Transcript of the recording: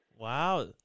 wow